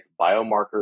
biomarker